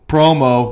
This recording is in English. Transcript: Promo